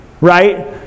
right